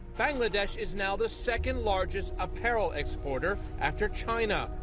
bangladesh is now the second largest apparel exporter, after china.